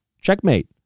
checkmate